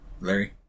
Larry